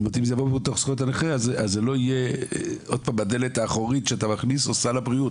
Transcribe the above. אם זה יהיה בחוק זכויות הנכה זה לא יהיה בדלת האחורית או סל הבריאות.